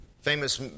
famous